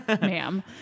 ma'am